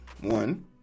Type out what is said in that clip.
One